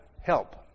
help